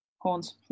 Horns